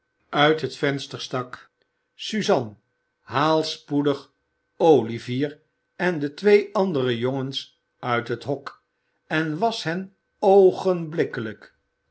uit het venster stak suzana haal spoedig olivier en de twee andere jongens uit het hok en wasch hen